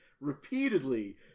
repeatedly